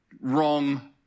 wrong